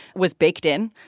was baked in.